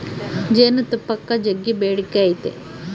ಜೇನುತುಪ್ಪಕ್ಕ ಜಗ್ಗಿ ಬೇಡಿಕೆ ಐತೆ